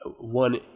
one